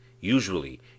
Usually